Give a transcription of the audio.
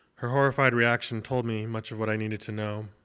her horrified reaction told me much of what i needed to know.